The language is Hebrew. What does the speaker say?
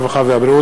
הרווחה והבריאות,